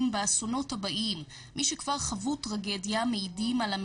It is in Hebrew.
התפקיד שלנו בחטיבת דובר צה"ל זה להביא